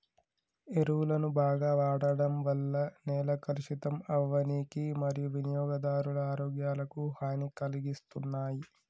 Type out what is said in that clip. ఎరువులను బాగ వాడడం వల్ల నేల కలుషితం అవ్వనీకి మరియూ వినియోగదారుల ఆరోగ్యాలకు హనీ కలిగిస్తున్నాయి